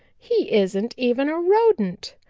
he isn't even a rodent.